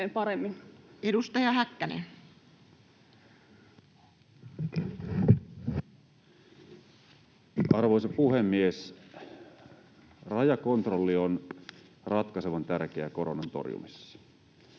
Edustaja Häkkänen. Arvoisa puhemies! Rajakontrolli on ratkaisevan tärkeä koronan torjumisessa.